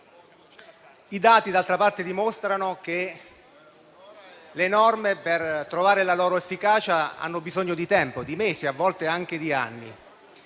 parte dimostrano che le norme, per trovare la loro efficacia, hanno bisogno di tempo: di mesi e a volte anche di anni.